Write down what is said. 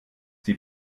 die